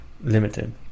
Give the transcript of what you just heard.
limited